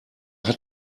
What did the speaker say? hat